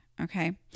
Okay